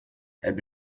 had